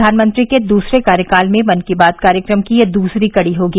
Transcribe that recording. प्रघानमंत्री के दूसरे कार्यकाल में मन की बात कार्यक्रम की यह दूसरी कड़ी होगी